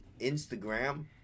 Instagram